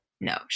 No